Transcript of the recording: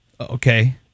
Okay